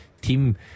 Team